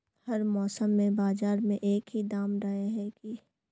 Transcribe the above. हर मौसम में बाजार में एक ही दाम रहे है की?